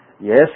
Yes